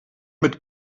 mit